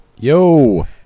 Yo